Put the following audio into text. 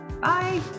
bye